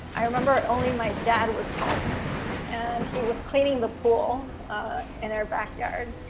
i remember only my dad was home and he was cleaning the pool in their backyard.